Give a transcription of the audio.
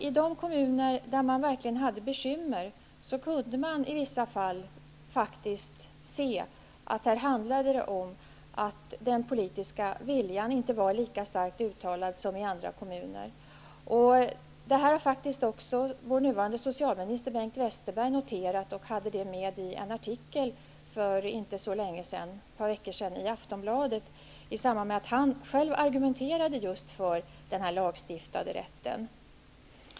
I de kommuner där man verkligen hade bekymmer kunde man i vissa fall faktiskt se att de handlade om att den politiska viljan inte var lika starkt uttalad som i andra kommuner. Vår nuvarande socialminister, Bengt Westerberg, har noterat detta. Han tog upp det i en artikel i Aftonbladet för ett par veckor sedan i samband med att han argumenterade för den lagstiftade rätten.